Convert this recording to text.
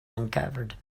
uncovered